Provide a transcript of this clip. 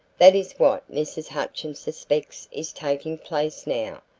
that is what mrs. hutchins suspects is taking place now.